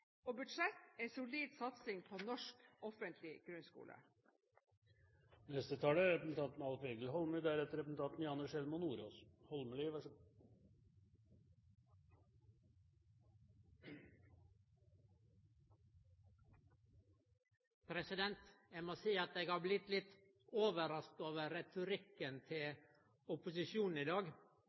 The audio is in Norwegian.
og budsjett en solid satsing på norsk offentlig grunnskole. Eg må seie at eg har blitt litt overraska over retorikken til opposisjonen i dag.